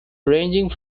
ranging